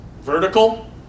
vertical